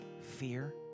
fear